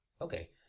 okay